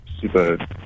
super